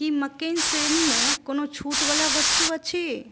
की मक्केन श्रेणीमे कोनो छूट बला वस्तु अछि